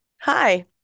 Hi